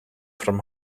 from